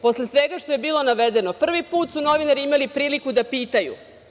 Posle svega što je bilo navedeno, prvi put su novinari imali priliku da pitaju.